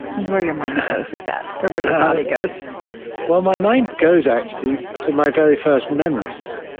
wonder where your mind goes with that, or where your body goes well, my mind goes, actually, to my very first memories.